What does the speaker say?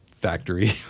factory